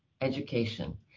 education